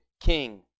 King